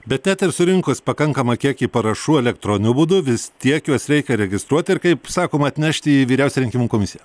bet net ir surinkus pakankamą kiekį parašų elektroniniu būdu vis tiek juos reikia registruoti ir kaip sakoma atnešti į vyriausią rinkimų komisiją